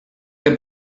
que